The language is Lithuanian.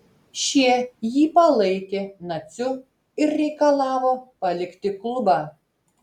šie jį palaikė naciu ir reikalavo palikti klubą